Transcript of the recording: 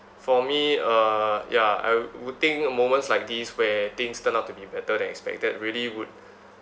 for me uh ya I wo~ would think moments like these where things turn out to be better than expected really would